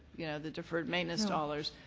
you know, the deferred maintenance dollars.